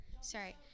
Sorry